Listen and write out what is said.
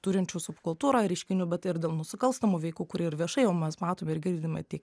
turinčių subkultūrą reiškinių bet ir dėl nusikalstamų veikų kur ir viešai jau mes matom ir girdime tiek